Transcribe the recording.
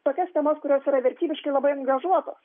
tokias temas kurios yra vertybiškai labai angažuotos